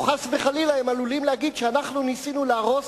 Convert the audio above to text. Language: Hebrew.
או חס וחלילה הם עלולים להגיד שאנחנו ניסינו להרוס